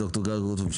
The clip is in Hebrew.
ד"ר גיא רוטקופף,